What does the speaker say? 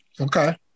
Okay